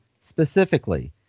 specifically